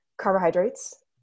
carbohydrates